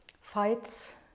fights